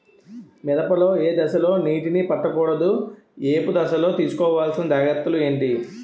మిరప లో ఏ దశలో నీటినీ పట్టకూడదు? ఏపు దశలో తీసుకోవాల్సిన జాగ్రత్తలు ఏంటి?